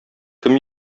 кем